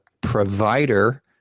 provider